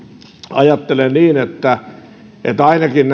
ajattelen niin että että ainakin